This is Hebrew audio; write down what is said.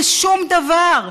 בשום דבר,